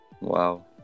Wow